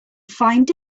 find